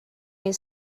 you